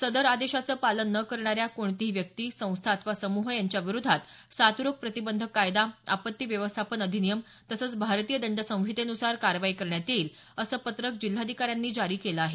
सदर आदेशाचं पालन न करणाऱ्या कोणतीही व्यक्ती संस्था अथवा समूह यांविरोधात साथरोग प्रतिबंधक कायदा आपत्ती व्यवस्थापन अधिनियम तसंच भारतीय दंड संहितेनुसार कारवाई करण्यात येईल असं पत्रक जिल्हाधिकाऱ्यांनी जारी केलं आहे